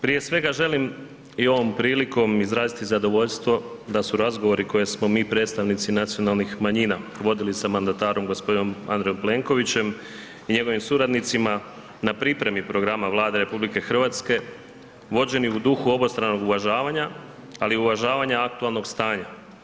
Prije svega želim i ovom prilikom izraziti zadovoljstvo da su razgovori koje smo mi, predstavnici nacionalnih manjina vodili sa mandatorom, g. Andrejem Plenkovićem i njegovim suradnicima na pripremi programa Vlada RH, vođeni u duhu obostranog uvažavanja, ali i uvažavanja aktualnog stanja.